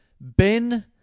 Ben